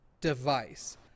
device